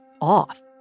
off